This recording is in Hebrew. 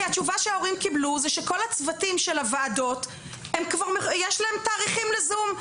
התשובה שההורים קיבלו שכל הצוותים של הוועדות יש להם תאריכים לזום,